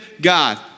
God